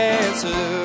answer